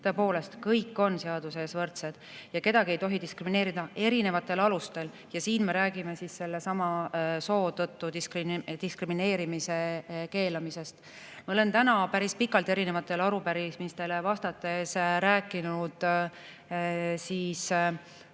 Tõepoolest, kõik on seaduse ees võrdsed, kedagi ei tohi diskrimineerida erinevatel alustel. [Praegu] me räägime soo tõttu diskrimineerimise keelamisest. Ma olen täna päris pikalt erinevatele arupärimistele vastates rääkinud naise